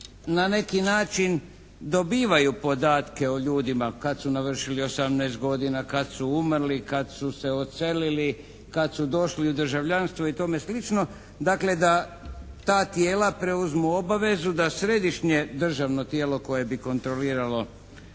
na neki način dobivaju podatke o ljudima kad su navršili 18 godina, kad su umrli, kad su se odselili, kad su došli u državljanstvo i tome sl. dakle da ta tijela preuzmu obvezu da središnje državno tijelo koje bi kontroliralo